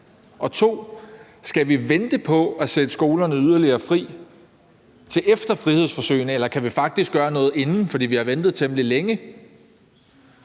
2: Skal vi vente på at sætte skolerne yderligere fri til efter frihedsforsøgene, eller kan vi faktisk gøre noget inden, for vi har ventet temmelig længe?